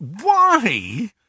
Why